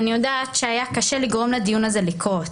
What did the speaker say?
אני יודעת שהיה קשה לגרום לדיון הזה לקרות,